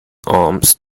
alms